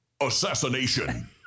Assassination